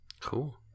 Cool